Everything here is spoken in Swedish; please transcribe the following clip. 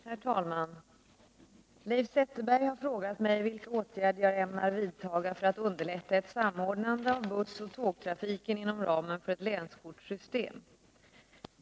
Herr talman! Leif Zetterberg har frågat mig vilka åtgärder jag ämnar vidtaga för att underlätta ett samordnande av bussoch tågtrafiken inom ramen för ett länskortssystem.